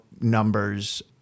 numbers